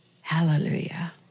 Hallelujah